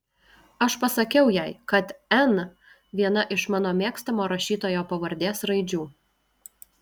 aš pasakiau jai kad n viena iš mano mėgstamo rašytojo pavardės raidžių